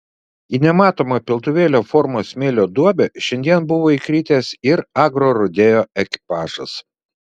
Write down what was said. į nematomą piltuvėlio formos smėlio duobę šiandien buvo įkritęs ir agrorodeo ekipažas